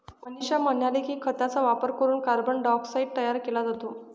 मनीषा म्हणाल्या की, खतांचा वापर करून कार्बन डायऑक्साईड तयार केला जातो